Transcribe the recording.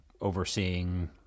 overseeing